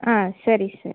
ಹಾಂ ಸರಿ ಸರಿ